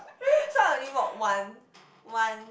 so I only walk one one